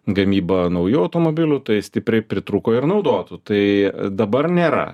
gamyba naujų automobilių tai stipriai pritrūko ir naudotų tai dabar nėra